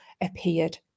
appeared